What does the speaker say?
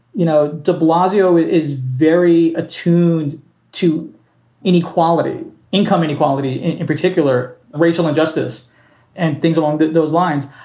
you know, de blasio is very attuned to inequality, income inequality, in particular, racial injustice and things along those lines.